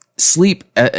sleep